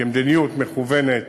כמדיניות מכוונת,